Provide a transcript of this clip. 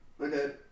Okay